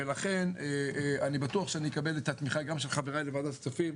ואני בטוח שאני אקבל את התמיכה גם של חבריי לוועדת הכספים,